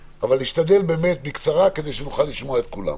להשתדל באמת בקצרה כדי שנוכל לשמוע את כולם.